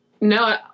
No